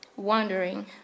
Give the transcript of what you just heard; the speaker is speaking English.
wondering